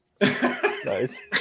Nice